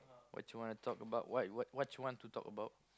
what you wanna talk about what you wanna talk about